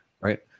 right